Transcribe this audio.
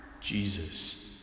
Jesus